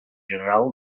general